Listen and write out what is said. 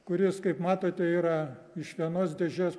kuris kaip matote yra iš vienos dėžės